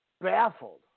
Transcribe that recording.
baffled